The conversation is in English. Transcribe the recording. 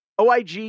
OIG